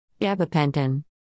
Gabapentin